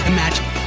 Imagine